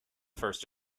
first